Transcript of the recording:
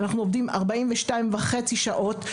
אנחנו עובדים ארבעים ושתיים וחצי שעות,